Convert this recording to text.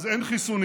אז אין חיסונים,